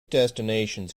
destinations